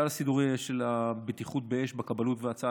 כלל הסידורים של בטיחות באש בכבאות והצלה